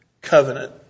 covenant